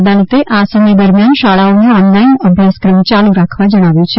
અદાલતે આ સમય દરમ્યાન શાળાઓને ઓનલાઈન અભ્યાસક્રમ ચાલુ રાખવા જણાવ્યું છે